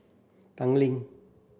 Tanglin